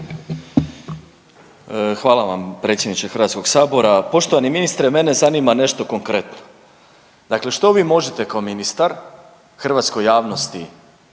Hvala vam predsjedniče HS. Poštovani ministre mene zanima nešto konkretno. Dakle, što vi možete kao ministar hrvatskoj javnosti,